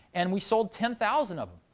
and we sold ten thousand of